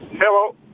Hello